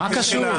במחילה.